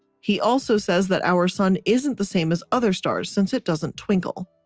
he also says that our sun isn't the same as other stars since it doesn't twinkle.